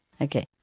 Okay